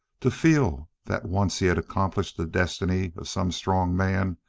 to feel that once he had accomplished the destiny of some strong man,